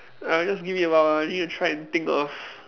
uh just give me a while I need to try and think of